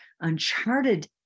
uncharted